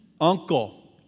Uncle